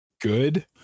good